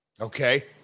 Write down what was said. Okay